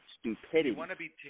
Stupidity